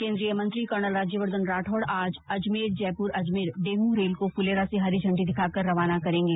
केन्द्रीय मंत्री कर्नल राज्यवर्द्वन राठौड़ आज अजमेर जयपुर अजमेर डेमू रेल को फुलेरा से हरी झंडी दिखाकर रवाना करेंगे